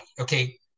okay